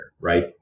right